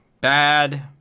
bad